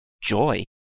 joy